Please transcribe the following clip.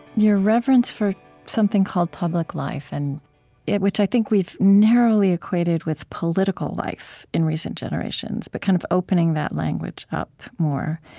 your reverence for something called public life, and yeah which i think we've narrowly equated with political life in recent generations, but kind of opening that language up more.